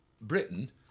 Britain